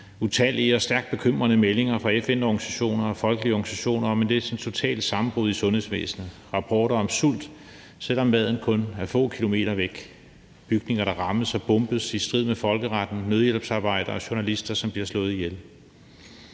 utallige og stærkt bekymrende meldinger fra FN-organisationer og folkelige organisationer om et næsten totalt sammenbrud i sundhedsvæsenet, rapporter om sult, selv om maden kun er få kilometer væk, bygninger, der rammes og bombes i strid med folkeretten, nødhjælpsarbejdere og journalister, som bliver slået ihjel,